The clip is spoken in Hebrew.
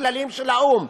בכללים של האו"ם,